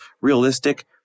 realistic